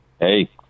Hey